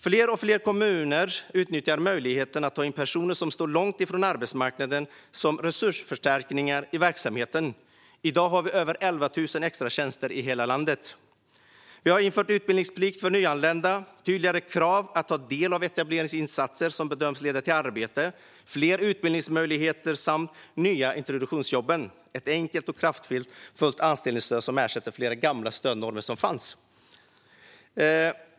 Fler och fler kommuner utnyttjar möjligheten att ta in personer som står långt från arbetsmarknaden som resursförstärkningar i verksamheten. I dag har vi över 11 000 extratjänster i hela landet. Vi har infört utbildningsplikt för nyanlända, tydligare krav på att ta del av etableringsinsatser som bedöms leda till arbete, fler utbildningsmöjligheter samt de nya introduktionsjobben - ett enkelt och kraftfullt anställningsstöd som ersätter flera gamla stödformer.